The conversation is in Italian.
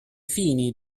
fini